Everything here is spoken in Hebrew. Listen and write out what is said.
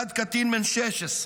אחד קטין בן 16,